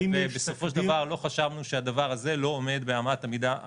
בסופו של דבר לא חשבנו שהדבר הזה לא עומד באמת המידה המשפטית.